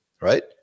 right